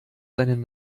seinen